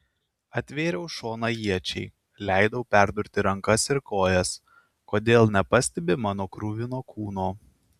atvėriau šoną iečiai leidau perdurti rankas ir kojas kodėl nepastebi mano kruvino kūno